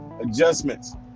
adjustments